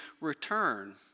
return